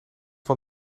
van